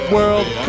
World